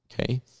Okay